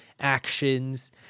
actions